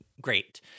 great